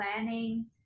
planning